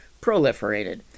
proliferated